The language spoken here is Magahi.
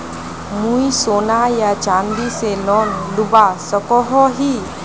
मुई सोना या चाँदी से लोन लुबा सकोहो ही?